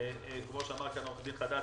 כמו שאמר כאן עו"ד חדד,